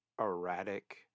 erratic